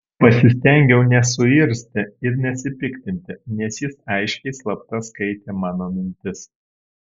pasistengiau nesuirzti ir nesipiktinti nes jis aiškiai slapta skaitė mano mintis